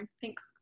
thanks